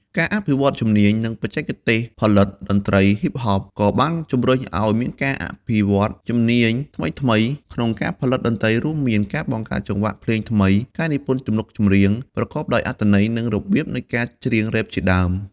ការអភិវឌ្ឍន៍ជំនាញ និងបច្ចេកទេសផលិត តន្រ្តី ហ៊ីបហប ក៏បានជំរុញឱ្យមានការអភិវឌ្ឍន៍ជំនាញថ្មីៗក្នុងការផលិតតន្ត្រី រួមមាន ការបង្កើតចង្វាក់ភ្លេងថ្មី ការនិពន្ធទំនុកច្រៀងប្រកបដោយអត្ថន័យ និង របៀបនៃការច្រៀងរ៉េបជាដើម។